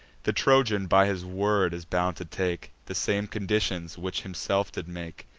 the trojan, by his word, is bound to take the same conditions which himself did make.